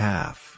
Half